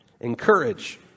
encourage